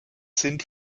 sind